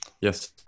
Yes